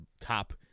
top